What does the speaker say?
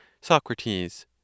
Socrates